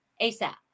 ASAP